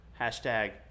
Hashtag